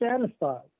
satisfied